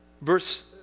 verse